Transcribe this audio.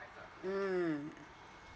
mm